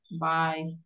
bye